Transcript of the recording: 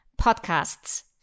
podcasts